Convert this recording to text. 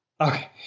Okay